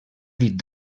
dit